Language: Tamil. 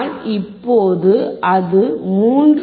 ஆனால் இப்போது அது 3